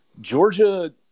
georgia